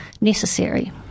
necessary